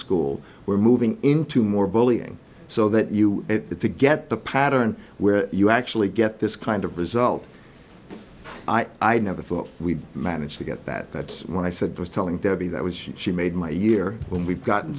school we're moving into more bullying so that you it to get the pattern where you actually get this kind of result i never thought we'd manage to get that that's what i said was telling debbie that was she made my year when we've gotten